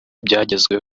byagezweho